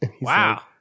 Wow